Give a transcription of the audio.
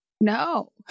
No